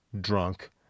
drunk